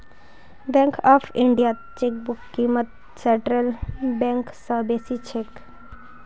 bank of इंडियात चेकबुकेर क़ीमत सेंट्रल बैंक स बेसी छेक